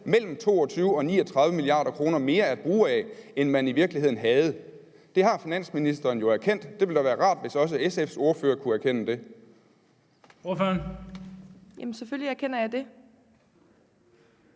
mellem 22 og 39 mia. kr. mere at bruge af, end man i virkeligheden havde. Det har finansministeren jo erkendt. Det ville da være rart, hvis også SF's ordfører kunne erkende det. Kl. 14:31 Den fg. formand (Bent